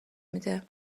میده